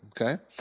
Okay